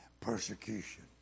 persecution